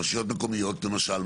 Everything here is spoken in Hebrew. רשויות מקומיות למשל,